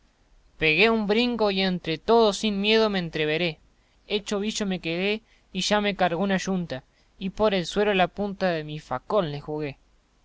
pegué un brinco y entre todos sin miedo me entreveré hecho ovillo me quedé y ya me cargó una yunta y por el suelo la punta de mi facón les jugué